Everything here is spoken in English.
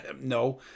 no